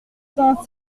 cent